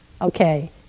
Okay